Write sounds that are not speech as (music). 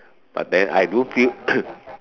but then I do feel (coughs)